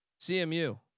CMU